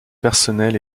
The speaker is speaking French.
personnel